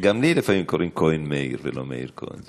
גם לי לפעמים קוראים כהן מאיר ולא מאיר כהן,